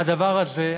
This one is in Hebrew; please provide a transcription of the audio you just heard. והדבר הזה,